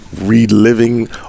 reliving